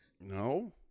No